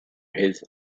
his